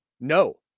no